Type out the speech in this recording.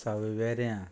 सावयवेऱ्या